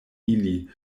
ili